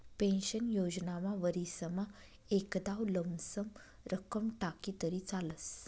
pension योजनामा वरीसमा एकदाव लमसम रक्कम टाकी तरी चालस